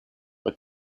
but